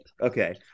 Okay